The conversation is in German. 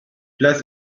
platz